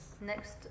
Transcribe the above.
next